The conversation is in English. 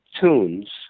tunes